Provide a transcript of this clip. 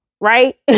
Right